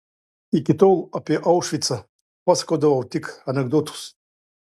iki tol apie aušvicą pasakodavau tik anekdotus